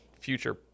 future